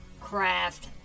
craft